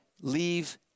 leave